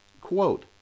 quote